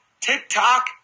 TikTok